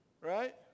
right